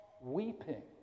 weeping